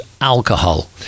alcohol